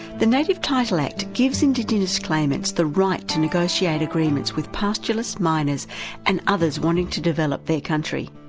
the native title act gives indigenous claimants the right to negotiate agreements with pastoralists, miners and others wanting to develop their country.